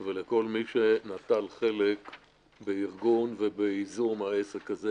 ולכל מי שנטל חלק בארגון ובייזום העסק הזה